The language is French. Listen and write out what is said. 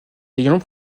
est